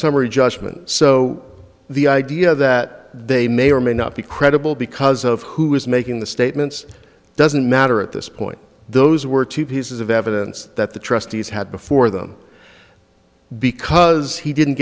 summary judgment so the idea that they may or may not be credible because of who is making the statements doesn't matter at this point those were two pieces of evidence that the trustees had before them because he didn't